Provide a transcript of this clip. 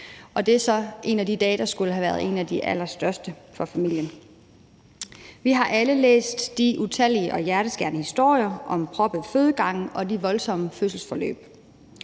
så på en af de dage, der skulle have været en af de allerstørste for familien. Vi har alle læst de utallige og hjerteskærende historier om proppede fødegange og de voldsomme fødselsforløb.